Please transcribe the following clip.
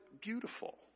beautiful